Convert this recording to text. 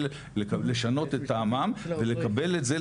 לשנות את טעמם ולקבל את זה,